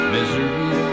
Misery